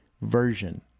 version